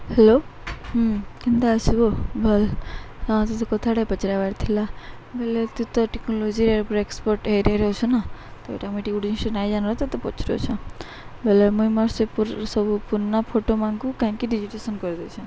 hello କେନ୍ତା ଅଛୁ ବୋ ଭଲ୍ ହଁ ତତେ କଥାଟେ ପଚ୍ରାବାର୍ ଥିଲା ବଏଲେ ତୁଇ ତ ଟେକ୍ନୋଲୋଜିରେ ପୁରା ଏକ୍ସପର୍ଟ୍ ଏରିଆରେ ଅଛୁ ନା ତ ଇଟା ମୁଇଁ ଗୁଟେ ଜିନିଷ ଗୁଟେ ନାଇଁ ଜାନ୍ବାର୍ ତ ତତେ ପଚ୍ରଉଛେଁ ବଏଲେ ମୁଇଁ ମୋର୍ ସେ ସବୁ ପୁରୁଣା ଫୋଟୋମାନ୍କୁ କାଣାକି ଡିଜିଟେସନ୍ କରିଦେଇଚେଁ